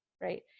right